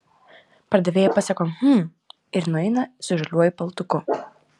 pardavėja pasako hm ir nueina su žaliuoju paltuku